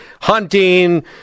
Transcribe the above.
hunting